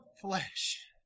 flesh